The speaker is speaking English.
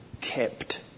kept